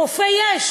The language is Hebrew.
רופא צריך להיות שם?